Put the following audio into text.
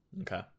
okay